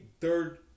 third